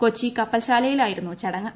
കൊച്ചി കപ്പൽശാലയിലായിരുന്നു ചടങ്ങ്